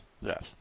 yes